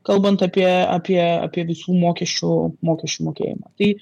kalbant apie apie apie visų mokesčių mokesčių mokėjimą tai